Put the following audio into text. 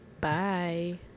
Bye